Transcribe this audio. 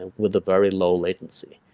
and with a very low latency.